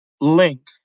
link